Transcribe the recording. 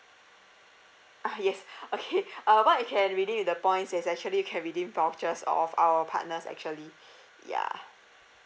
ah yes okay uh what you can redeem with the points is actually you can redeem vouchers of our partners actually yeah